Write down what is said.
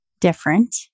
Different